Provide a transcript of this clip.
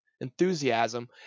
enthusiasm